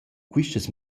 quistas